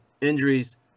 injuries